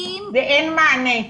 באין מענה.